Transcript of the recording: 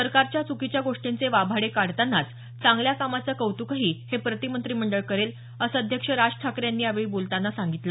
सरकारच्या च्कीच्या गोष्टींचे वाभाडे काढतानाच चांगल्या कामाचं कौत्कही हे प्रतिमंत्रिमंडळ करेल असं अध्यक्ष राज ठाकरे यांनी यावेळी बोलतांना सांगितलं